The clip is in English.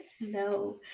no